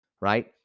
right